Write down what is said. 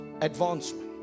advancement